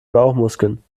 bauchmuskeln